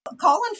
Colin